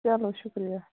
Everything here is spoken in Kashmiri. چلو شُکریہ